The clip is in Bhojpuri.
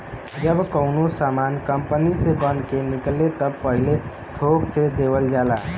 जब कउनो सामान कंपनी से बन के निकले त पहिले थोक से देवल जाला